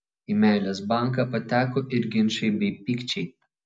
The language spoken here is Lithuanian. į meilės banką pateko ir ginčai bei pykčiai